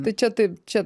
tai čia taip čia